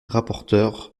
rapporteure